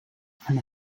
han